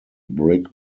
brick